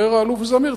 אומר האלוף זמיר,